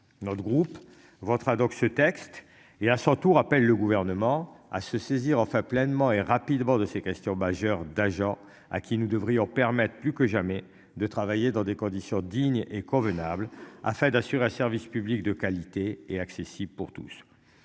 notre groupe votera donc ce texte et à son tour appelle le gouvernement à se saisir enfin pleinement et rapidement de ces questions majeures d'agents à qui nous devrions permettent plus que jamais de travailler dans des conditions dignes et convenables afin d'assurer un service public de qualité et accessible pour tous.